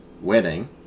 wedding